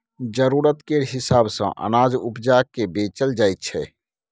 जरुरत केर हिसाब सँ अनाज उपजा केँ बेचल जाइ छै